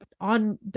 on